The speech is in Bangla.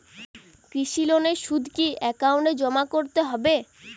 কৃষি লোনের সুদ কি একাউন্টে জমা করতে হবে?